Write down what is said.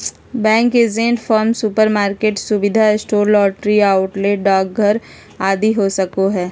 bank agent farm, supermarket, सुविधा store, lottery outlet, डाकघर आदि हो सको हइ